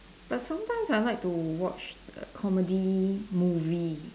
but sometimes I like to watch comedy movie